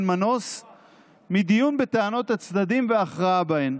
אין מנוס מדיון בטענות הצדדים והכרעה בהן.